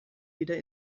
wieder